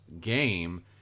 game